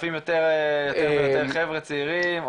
מצטרפים יותר חברה צעירים?